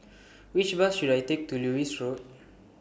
Which Bus should I Take to Lewis Road